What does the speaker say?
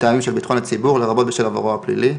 מטעמים של ביטחון הציבור, לרבות בשל עברו הפלילי,